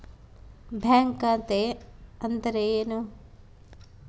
Bank ಖಾತೆ ಅಂದರೆ ಏನು?